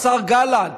השר גלנט,